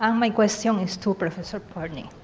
um my question is to professor partnoy.